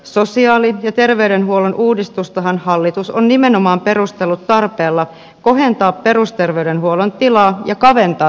sosiaali ja terveydenhuollon uudistustahan hallitus on nimenomaan perustellut tarpeella kohentaa perusterveydenhuollon tilaa ja kaventaa terveyseroja